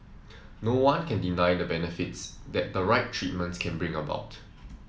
no one can deny the benefits that the right treatments can bring about